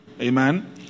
Amen